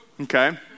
Okay